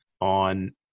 on